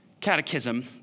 Catechism